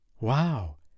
Wow